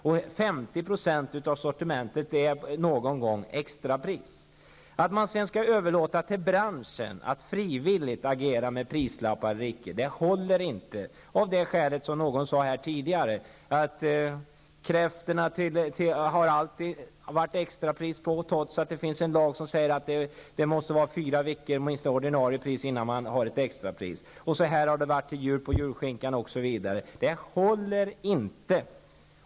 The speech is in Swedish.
På 50 % av sortimentet är det någon gång extrapris. Att överlåta till branschen att frivilligt agera med prislappar håller inte av det skäl som någon nämnde tidigare. Det har alltid varit extrapris på kräftor, trots att det finns en lag som säger att varorna måste ha funnits till ordinarie pris i fyra veckor innan man sätter ut ett extrapris. Så här har det varit med julskinkan till jul osv. Det håller inte.